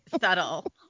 subtle